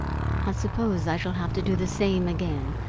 i suppose i shall have to do the same again,